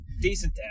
Decent